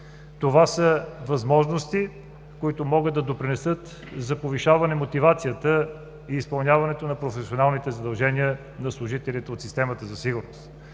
Това са възможности, които могат да допринесат за повишаване мотивацията и изпълняването на професионалните задължения на служителите от системата за сигурност.